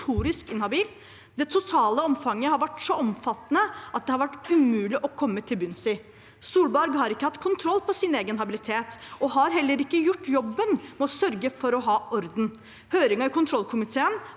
Det totale omfanget har vært så omfattende at det har vært umulig å komme til bunns i. Solberg har ikke hatt kontroll på sin egen habilitet og har heller ikke gjort jobben med å sørge for å ha orden. Høringen i kontrollkomiteen var i